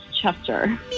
Chester